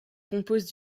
compose